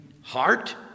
heart